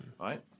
Right